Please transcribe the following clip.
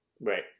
Right